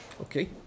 Okay